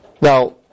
Now